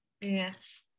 Yes